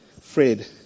Fred